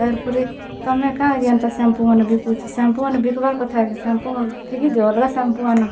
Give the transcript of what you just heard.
ତା'ପରେ ତମେ କାଁ ଯେ ଏନ୍ତା ସାମ୍ପୁମନେ ବିକୁଛ ସାମ୍ପୁ ସାମ୍ପୁମାନେ ଵିକବାର କେ କଥା କି ସାମ୍ପୁମାନକେ ଫିକି ଦିଅ ଅଲଗା ସାମ୍ପୁ ଆନ